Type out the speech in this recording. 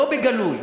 לא בגלוי,